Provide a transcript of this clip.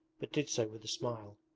but did so with a smile.